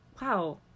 wow